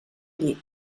llit